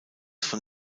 von